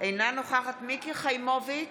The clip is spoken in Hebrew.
אינה נוכחת מיקי חיימוביץ'